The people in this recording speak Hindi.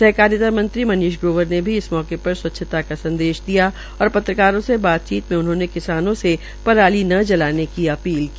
सहकारिता मंत्री मनीष ग्रोवर ने भी इस मौके पर स्वच्छता का संदेश दिया और पत्रकारों से बातचीत में उन्होंने किसानों से पराली न जलाने की अपील की